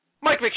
Mike